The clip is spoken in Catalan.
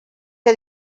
que